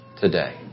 today